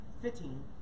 fitting